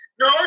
No